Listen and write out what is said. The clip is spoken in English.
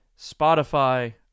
Spotify